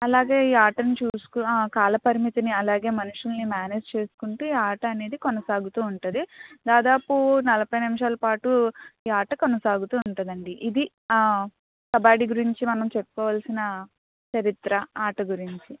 అలాగే ఈ ఆటని చూసుకుంటా కాలపరిమితిని అలాగే మనుషులని మేనేజ్ చేసుకుంటూ ఈ ఆట అనేది కొనసాగుతూ ఉంటది దాదాపు నలభై నిమిషాల పాటు ఈ ఆట కొనసాగుతూ ఉంటదండీ ఇది కబడ్డీ గురించి మనం చెప్పుకోవలసిన చరిత్ర ఆట గురించి